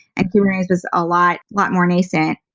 and kubernetes was a lot lot more nascent.